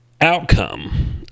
Outcome